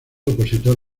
opositor